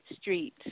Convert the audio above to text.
Street